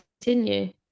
continue